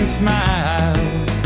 smiles